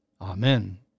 Amen